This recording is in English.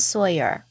Sawyer